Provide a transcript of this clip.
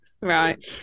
Right